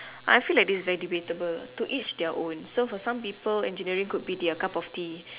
I feel like this is very debatable to each their own so for some people engineering could be their cup of tee